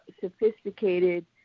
sophisticated